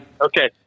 Okay